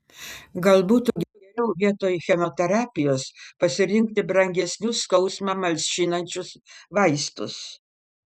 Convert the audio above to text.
gal būtų geriau vietoj chemoterapijos pasirinkti brangesnius skausmą malšinančius vaistus